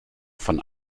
von